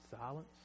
silence